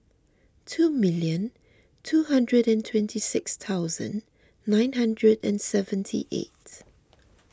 two million two hundred and twenty six thousand nine hundred and seventy eight